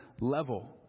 level